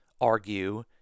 argue